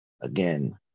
again